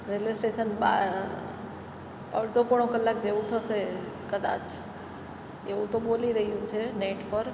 railway station અડધો પોણો કલાક જેવું થશે કદાચ એવું તો બોલી રહ્યું છે નેટ પર